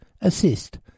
Assist